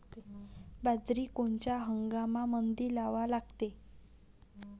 बाजरी कोनच्या हंगामामंदी लावा लागते?